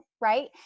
right